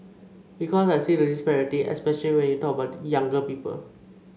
because I see the disparity especially when you talk about younger people